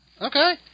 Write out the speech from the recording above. Okay